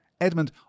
Edmund